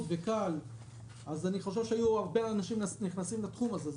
וקל אז אני חושב שהיו הרבה אנשים נכנסים לתחום הזה.